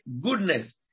goodness